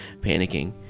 panicking